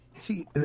See